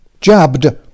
jabbed